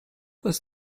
was